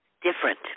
Different